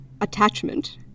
attachment